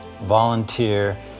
volunteer